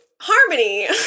Harmony